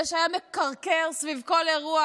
זה שהיה מקרקר סביב כל אירוע,